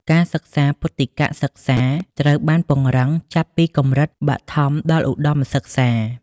ការសិក្សាពុទ្ធិកសិក្សាត្រូវបានពង្រឹងចាប់ពីកម្រិតបឋមដល់ឧត្តមសិក្សា។